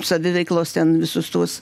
saviveiklos ten visus tuos